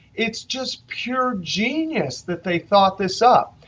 it's just pure genius that they thought this up.